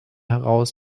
heraus